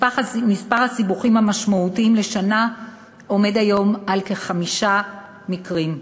מספר הסיבוכים המשמעותיים לשנה עומד היום על כחמישה מקרים.